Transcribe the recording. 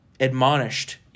admonished